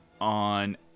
on